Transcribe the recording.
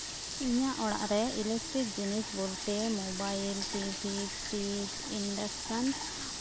ᱤᱧᱟᱹᱜ ᱚᱲᱟᱜ ᱨᱮ ᱤᱞᱤᱠᱴᱨᱤᱠ ᱡᱤᱱᱤᱥ ᱵᱚᱞᱛᱮ ᱢᱳᱵᱟᱭᱮᱞ ᱴᱤᱵᱷᱤ ᱯᱷᱨᱤᱡᱽ ᱤᱱᱰᱟᱠᱥᱮᱱ